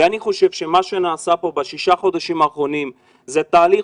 אני חושב שמה שנעשה פה בשישה החודשים האחרונים זה תהליך